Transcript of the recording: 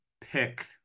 pick